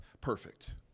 perfect